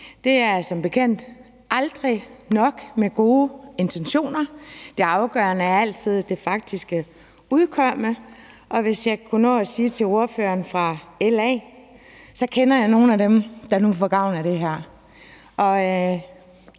Det er som bekendt aldrig nok med gode intentioner. Det afgørende er altid det faktiske udkomme, og jeg vil gerne sige til ordføreren fra LA, at jeg kender nogle af dem, der nu får gavn af det her,